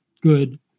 good